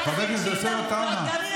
גם אם,